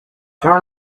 turn